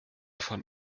von